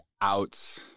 out